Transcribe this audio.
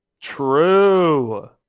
true